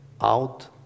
out